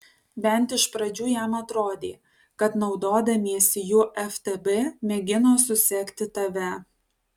bent iš pradžių jam atrodė kad naudodamiesi juo ftb mėgino susekti tave